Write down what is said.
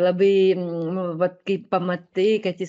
labai nu vat kai pamatai kad jis